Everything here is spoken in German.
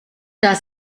das